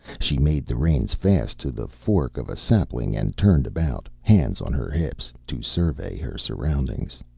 she made the reins fast to the fork of a sapling, and turned about, hands on her hips, to survey her surroundings.